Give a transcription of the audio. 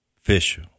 fish